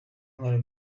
nkora